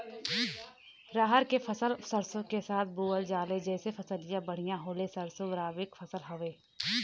रहर क फसल सरसो के साथे बुवल जाले जैसे फसलिया बढ़िया होले सरसो रबीक फसल हवौ